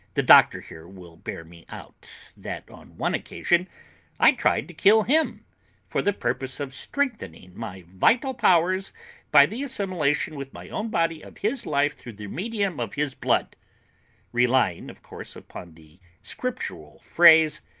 the doctor here will bear me out that on one occasion i tried to kill him for the purpose of strengthening my vital powers by the assimilation with my own body of his life through the medium of his blood relying, of course, upon the scriptural phrase,